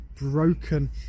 broken